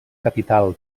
capital